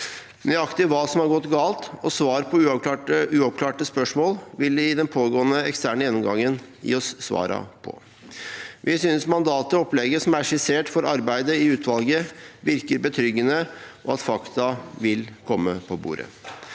Nøyaktig hva som har gått galt, og svar på uoppklarte spørsmål vil den pågående eksterne gjennomgangen gi oss svar på. Vi synes mandatet og opplegget som er skissert for arbeidet i utvalget, virker betryggende, og at fakta vil komme på bordet.